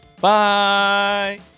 Bye